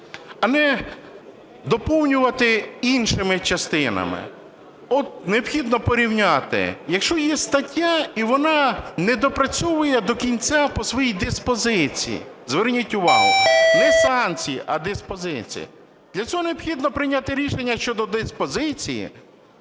а не доповнювати іншими частинами. От необхідно порівняти. Якщо є стаття і вона не доопрацьовує до кінця по своїй диспозиції, зверніть увагу, не санкції, а диспозиції, для цього необхідно прийняти рішення щодо диспозиції,